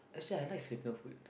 actually I like fitness food